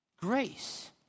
grace